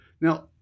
Now